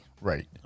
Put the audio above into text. Right